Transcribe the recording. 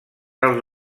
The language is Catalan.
als